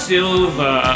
Silver